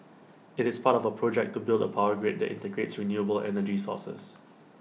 IT is part of A project to build A power grid that integrates renewable energy sources